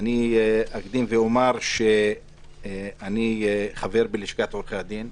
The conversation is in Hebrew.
אני אקדים ואומר שאני חבר בלשכת עורכי הדין,